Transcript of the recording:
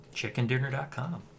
ChickenDinner.com